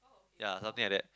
ya something like that